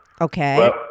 Okay